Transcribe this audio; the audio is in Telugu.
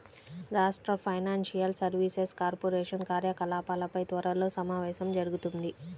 రాష్ట్ర ఫైనాన్షియల్ సర్వీసెస్ కార్పొరేషన్ కార్యకలాపాలపై త్వరలో సమావేశం జరుగుతుంది